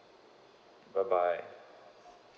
bye bye